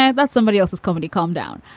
yeah that's somebody else's comedy, calm down.